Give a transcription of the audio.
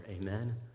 Amen